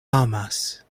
amas